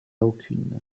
aucune